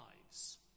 lives